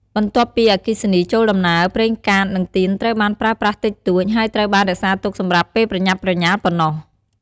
បន្ទាប់ពីមានអគ្គិសនីចូលដំណើរ ប្រេងកាត និងទៀនត្រូវបានប្រើប្រាស់តិចតួច ហើយត្រូវបានរក្សាទុកសម្រាប់ពេលប្រញាប់ប្រញាល់ប៉ុណ្ណោះ។